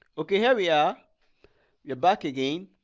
okay here we are we're back again